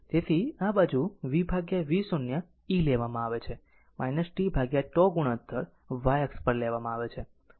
તેથી આ બાજુ v v 0 ઇ લેવામાં આવે છે t τ ગુણોત્તર y અક્ષ પર લેવામાં આવે છે